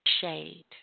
shade